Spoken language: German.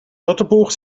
wörterbuch